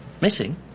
Missing